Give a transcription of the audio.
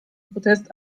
protest